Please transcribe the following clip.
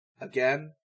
again